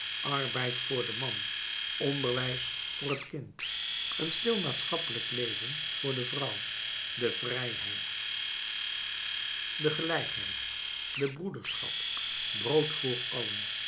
arbeid voor den man onderwijs voor het kind een stil maatschappelijk leven voor de vrouw de vrijheid de gelijkheid de broederschap brood voor allen